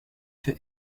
für